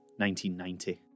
1990